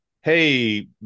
Hey